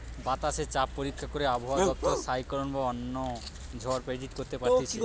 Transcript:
বাতাসে চাপ পরীক্ষা করে আবহাওয়া দপ্তর সাইক্লোন বা অন্য ঝড় প্রেডিক্ট করতে পারতিছে